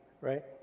Right